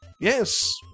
Yes